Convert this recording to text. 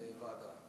להעביר לוועדה.